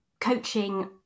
coaching